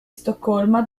stoccolma